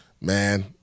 Man